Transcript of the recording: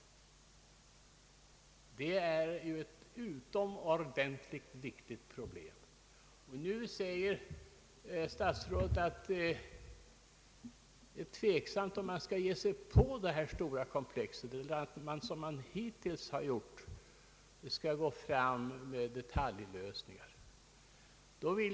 Det är — jag upprepar — ett utomordentligt viktigt problem. Statsrådet säger att det är tveksamt om man skall ge sig in på detta stora komplex eller om man som hittills skall gå fram med de taljlösningar.